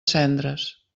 cendres